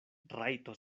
rajto